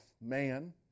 man